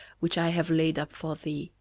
which i have laid up for thee,